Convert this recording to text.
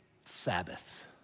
Sabbath